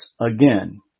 again